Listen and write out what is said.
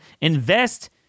invest